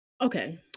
okay